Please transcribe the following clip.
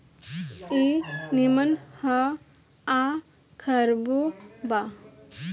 ई निमन ह आ खराबो बा